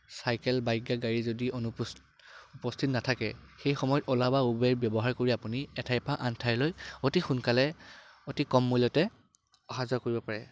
cycle bike বা গাড়ী যদি অনুপস্থিত উপস্থিত নাথাকে সেই সময়ত অ'লা বা ওবেৰ ব্যৱহাৰ কৰি আপুনি এঠাইৰ পৰা আন ঠাইলৈ অতি সোনকালে অতি কম মূল্যতে অহা যোৱা কৰিব পাৰে